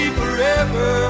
forever